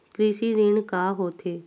कृषि ऋण का होथे?